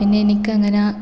പിന്നെ എനിക്കങ്ങനെ